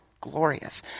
glorious